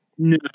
No